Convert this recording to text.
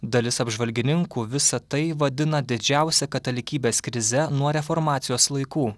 dalis apžvalgininkų visa tai vadina didžiausia katalikybės krize nuo reformacijos laikų